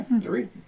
three